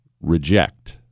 reject